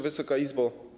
Wysoka Izbo!